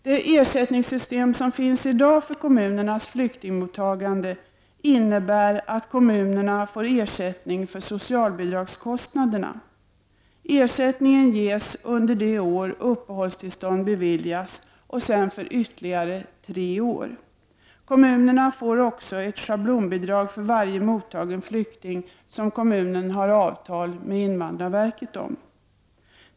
Det ersättningssystem som i dag finns för kommunernas flyktingmottagande innebär att kommunerna får ersättning för socialbidragskostnaderna. Ersättningen ges under det år uppehållstillstånd beviljas och sedan för ytterligare tre år. Kommunerna får också ett schablonbidrag för varje mottagen flykting som kommunen har avtal med invandrarverket om.